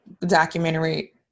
documentary